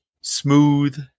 smooth